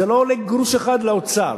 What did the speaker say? זה לא עולה גרוש אחד לאוצר.